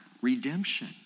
redemption